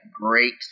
great